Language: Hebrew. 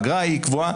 האגרה היא קבועה.